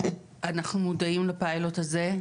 אנחנו מודעים לפיילוט הזה.